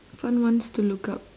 fun ones to look up